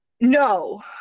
No